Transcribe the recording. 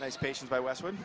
nice patient by westwood